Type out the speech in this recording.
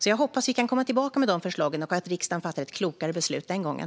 Jag hoppas att vi kan komma tillbaka med förslag och att riksdagen fattar ett klokare beslut den gången.